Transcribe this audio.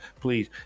please